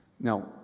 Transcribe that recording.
Now